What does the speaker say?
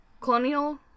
Colonial